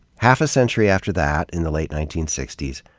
half a century after that, in the late nineteen sixty s,